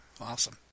Awesome